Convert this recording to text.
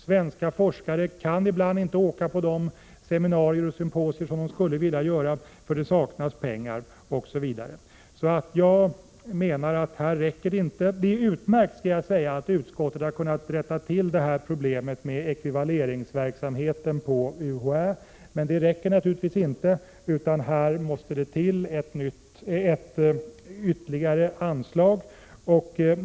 Svenska forskare kan ibland inte åka på de seminarier och symposier de skulle vilja göra bl.a. för att det saknas pengar. Det är utmärkt att utskottet har kunnat rätta till problemet med ekvivaleringsverksamheten vid UHÄ, men det räcker naturligtvis inte utan här måste det till ytterligare anslag.